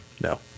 No